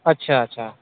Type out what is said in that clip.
अच्छा अच्छा